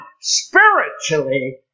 spiritually